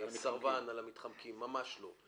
הסרבן, על המתחמקים, ממש לא.